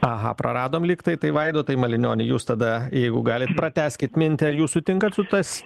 aha praradom lygtai tai vaidotai malinioni jūs tada jeigu galit pratęskit mintį ar jūs sutinkat su tas